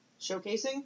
showcasing